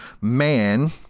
man